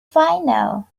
final